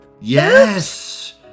Yes